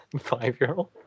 five-year-old